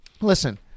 listen